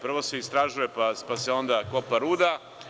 Prvo se istražuje, pa se onda kopa ruda.